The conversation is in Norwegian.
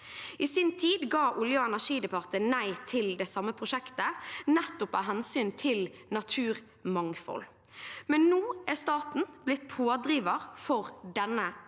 I sin tid sa Olje- og energidepartementet nei til det samme prosjektet, nettopp av hensyn til naturmangfold, men nå er staten blitt pådriver for denne